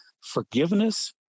forgiveness